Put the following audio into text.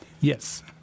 Yes